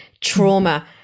trauma